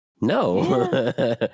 No